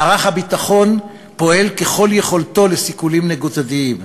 מערך הביטחון פועל ככל יכולתו לסיכולים נקודתיים,